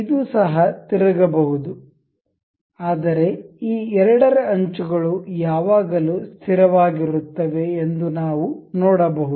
ಇದು ಸಹ ತಿರುಗಬಹುದು ಆದರೆ ಈ ಎರಡರ ಅಂಚು ಗಳು ಯಾವಾಗಲೂ ಸ್ಥಿರವಾಗಿರುತ್ತವೆ ಎಂದು ನಾವು ನೋಡಬಹುದು